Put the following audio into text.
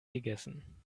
gegessen